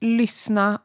lyssna